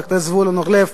חבר הכנסת זבולון אורלב,